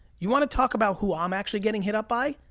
you wanna talk about who i'm actually getting hit up by?